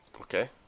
Okay